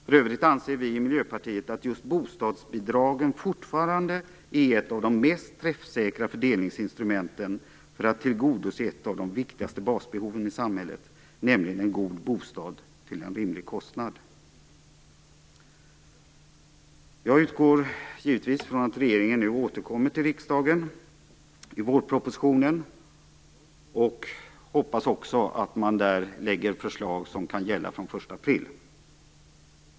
För övrigt anser vi i Miljöpartiet att just bostadsbidragen fortfarande är ett av de mest träffsäkra fördelningsinstrumenten för att tillgodose ett av de viktigaste basbehoven i samhället, nämligen en god bostad till en rimlig kostnad. Jag utgår givetvis från att regeringen nu återkommer till riksdagen i vårpropositionen. Jag hoppas också att man där lägger fram förslag som kan gälla från den 1 april.